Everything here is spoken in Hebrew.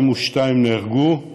42 נהרגו,